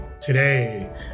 today